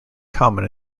common